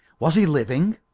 was he living?